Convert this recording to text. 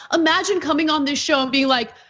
imagine coming on this show and being like,